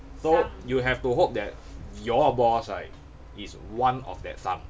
so you have to hope that your boss right is one of that some